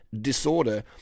disorder